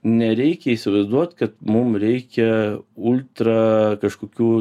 nereikia įsivaizduot kad mum reikia ultra kažkokių